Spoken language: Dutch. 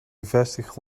gevestigd